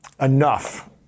enough